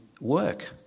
work